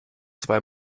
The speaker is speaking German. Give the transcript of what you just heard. zwei